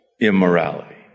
immorality